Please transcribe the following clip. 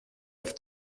auf